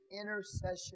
intercession